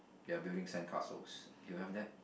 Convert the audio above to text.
they are building sand castles do you have that